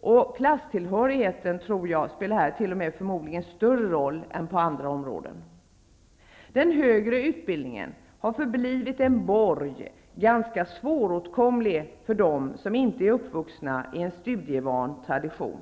Jag tror att klasstillhörigheten här förmodligen spelar en större roll än på andra områden. Den högre utbildningen har förblivit en borg, ganska svåråtkomlig för dem som inte är uppvuxna i en studievan tradition.